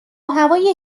هوای